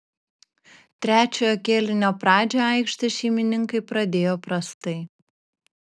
trečiojo kėlinio pradžią aikštės šeimininkai pradėjo prastai